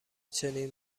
چنین